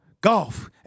golf